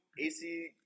AC